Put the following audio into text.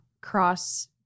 cross